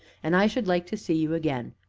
and i should like to see you again.